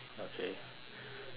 with some seaweed